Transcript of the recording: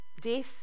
death